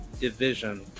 division